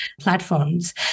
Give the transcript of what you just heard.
platforms